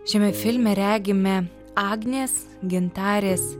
šiame filme regime agnės gintarės